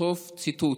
סוף ציטוט.